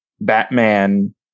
Batman